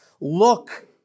Look